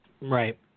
Right